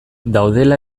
daudela